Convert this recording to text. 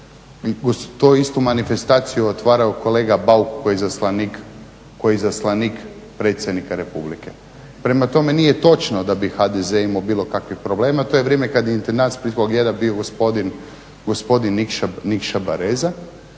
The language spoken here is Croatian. tu istu manifestaciju otvarao je kolega Bauk koji je izaslanik predsjednika Republike. Prema tome nije točno da bi HDZ imao bilo kakvih problema, to je vrijeme kad je …/Govornik se ne razumije./… bio gospodin Nikša Baljeza